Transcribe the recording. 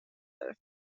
داره